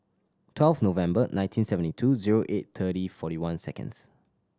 twelve November nineteen seventy two zero eight thirty forty one seconds